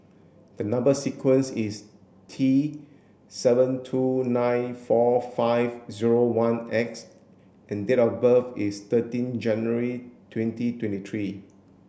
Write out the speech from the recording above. the number sequence is T seven two nine four five zero one X and date of birth is thirteen January twenty twenty three